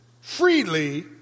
freely